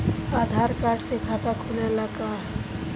आधार card से खाता खुले ला का?